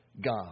God